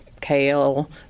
kale